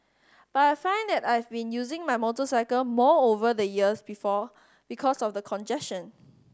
but I find that I've been using my motorcycle more over the years before because of the congestion